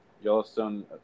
Yellowstone